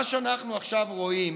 מה שאנחנו עכשיו רואים